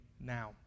now